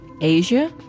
asia